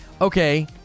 Okay